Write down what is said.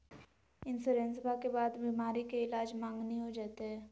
इंसोरेंसबा के बाद बीमारी के ईलाज मांगनी हो जयते?